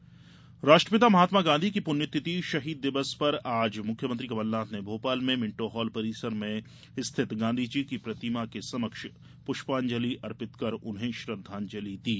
शहीद दिवस राष्ट्रपिता महात्मा गांधी की पुण्यतिथि शहीद दिवस पर आज मुख्यमंत्री कमलनाथ ने भोपाल में मिन्टो हॉल परिसर में स्थित गांधीजी की प्रतिमा के समक्ष पुष्पाजंलि अर्पित कर उन्हें श्रद्धांजलि दी